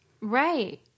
Right